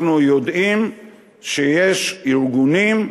אנחנו יודעים שיש ארגונים,